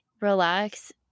relax